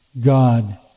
God